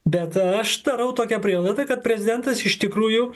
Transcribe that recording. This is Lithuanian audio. bet aš darau tokią prielaidą kad prezidentas iš tikrųjų